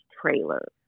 trailer